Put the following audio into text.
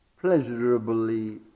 pleasurably